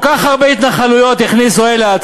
כל כך הרבה התנחלויות הכניסו אלה,